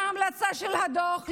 מה ההמלצה של הדוח?